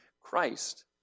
Christ